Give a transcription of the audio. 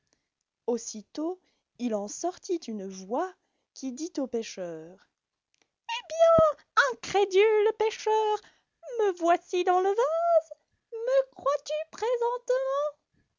aussitôt il en sortit une voix qui dit au pêcheur hé bien incrédule pêcheur me voici dans le vase me crois-tu